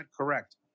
correct